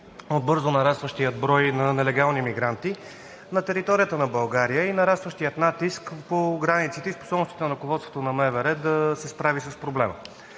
бързо нарастващия брой на нелегални мигранти на територията на България, нарастващия натиск по границите и способностите на ръководството на МВР да се справи с проблема.